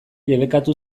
debekatu